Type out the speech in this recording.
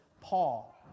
Paul